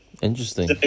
Interesting